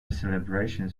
celebrations